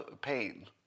pain